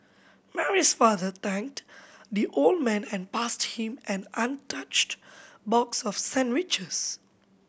Mary's father thanked the old man and passed him an untouched box of sandwiches